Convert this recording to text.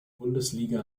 bundesliga